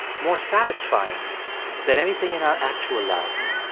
more satisfying than anything in our actual lives.